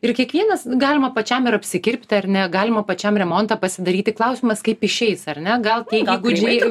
ir kiekvienas galima pačiam ir apsikirpti ar ne galima pačiam remontą pasidaryti klausimas kaip išeis ar ne gal tie įgudžiai